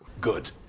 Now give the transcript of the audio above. Good